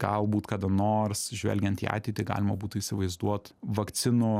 galbūt kada nors žvelgiant į ateitį galima būtų įsivaizduot vakcinų